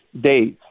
days